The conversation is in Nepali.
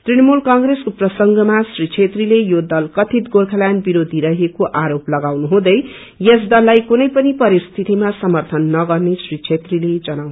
तृणमूल कंप्रेसको प्रसंगमा श्री छेत्रीले यो दल कथित गोर्खाल्याण्ड विरोधी रहेको आरोप लगाउँदै यस दललाई कुनै पनि परिस्थितिमा समर्थन न गर्ने श्री छेत्रीले जनाए